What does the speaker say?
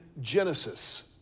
Genesis